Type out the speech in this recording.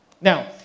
Now